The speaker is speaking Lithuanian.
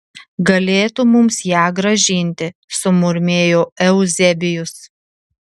galėtų mums ją grąžinti sumurmėjo euzebijus